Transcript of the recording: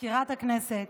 מזכירת הכנסת,